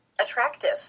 attractive